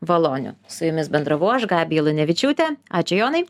valoniu su jumis bendravau aš gabija lunevičiūtė ačiū jonai